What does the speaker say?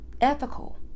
ethical